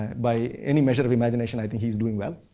by any measure of imagination, i think he's doing well.